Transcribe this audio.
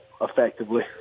effectively